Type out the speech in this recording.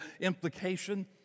Implication